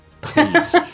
please